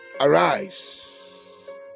arise